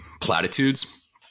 platitudes